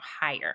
higher